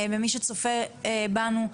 ומי שצופה בנו,